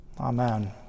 Amen